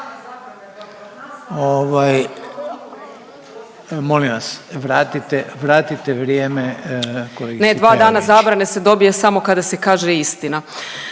kolegici Peović./… Ne dva dana zabrane se dobije samo kada se kaže istina.